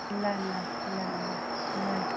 न न न न न